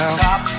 Stop